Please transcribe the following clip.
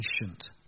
patient